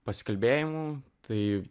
pasikalbėjimų tai